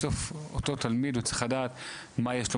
בסוף אותו תלמיד צריך לדעת מה יש לו,